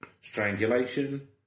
Strangulation